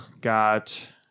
got